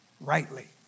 rightly